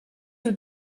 you